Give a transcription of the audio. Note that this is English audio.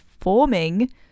forming